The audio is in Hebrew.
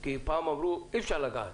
כי פעם אמרו שאי אפשר לגעת,